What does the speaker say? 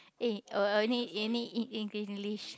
eh on~ only in in Eng~ English